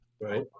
right